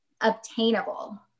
obtainable